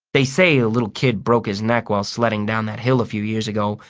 they say a little kid broke his neck while sledding down that hill a few years ago,